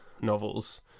novels